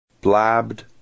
Blabbed